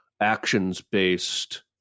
actions-based –